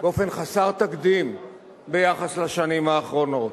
באופן חסר תקדים ביחס לשנים האחרונות,